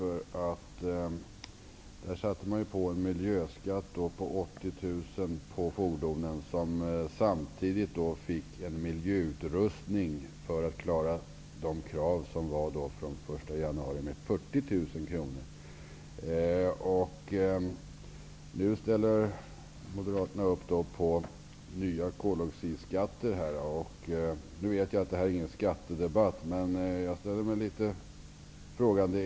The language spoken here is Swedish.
De tunga fordonen belastades med en miljöskatt på 80 000 kr, samtidigt som de skulle miljöutrustas för att uppfylla kraven från den Nu ställer moderaterna upp på nya koldioxidskatter. Det här är visserligen ingen skattedebatt, men jag ställer mig ändå litet frågande.